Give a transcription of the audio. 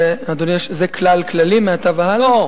אדוני היושב-ראש, זה כלל כללי, מעתה והלאה?